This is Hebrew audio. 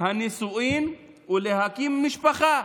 הנישואין ולהקים משפחה,